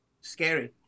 scary